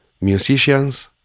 musicians